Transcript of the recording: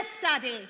Daddy